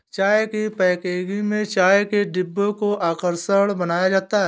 चाय की पैकेजिंग में चाय के डिब्बों को आकर्षक बनाया जाता है